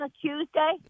Tuesday